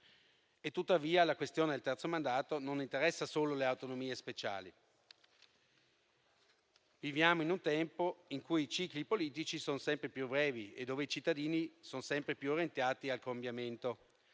del TUEL. La questione del terzo mandato non interessa tuttavia solo le autonomie speciali. Viviamo in un tempo in cui i cicli politici sono sempre più brevi e i cittadini sempre più orientati al cambiamento.